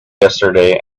yesterday